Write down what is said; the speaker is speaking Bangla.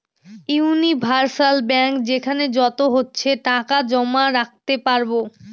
ইউনিভার্সাল ব্যাঙ্ক যেখানে যত ইচ্ছে টাকা জমা রাখতে পারবো